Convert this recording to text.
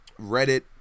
reddit